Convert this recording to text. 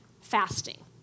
fasting